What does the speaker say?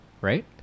right